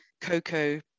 cocoa